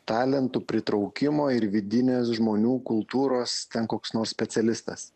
talentų pritraukimo ir vidinės žmonių kultūros ten koks nors specialistas